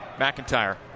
McIntyre